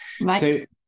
Right